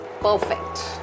perfect